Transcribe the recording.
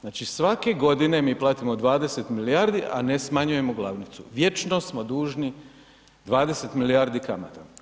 Znači svake godine mi platimo 20 milijardi, a ne smanjujemo glavnicu, vječno smo dužni 20 milijardi kamata.